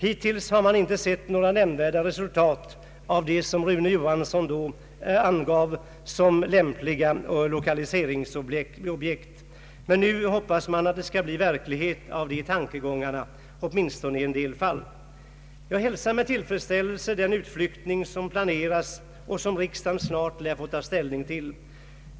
Hittills har man inte sett några nämnvärda resultat av det som herr Rune Johansson då angav såsom lämpliga lokaliseringsobjekt. Men nu hoppas man att det skall bli verklighet av de tankegångarna — åtminstone i en del fall. Jag hälsar med tillfredsställelse den utflyttning som planeras och som riksdagen snart lär få ta ställning till.